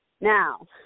Now